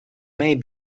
may